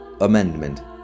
Amendment